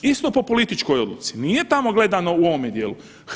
Isto po političkoj odluci, nije tamo gledano u ovome dijelu.